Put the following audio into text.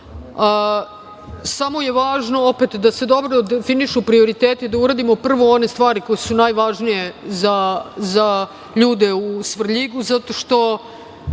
Važno je da se dobro definišu prioriteti, da uradimo prve one stvari koje su najvažnije za ljude u Svrljigu zato što